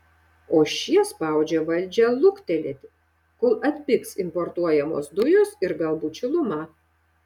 o šie spaudžia valdžią luktelėti kol atpigs importuojamos dujos ir galbūt šiluma